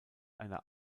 einer